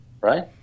right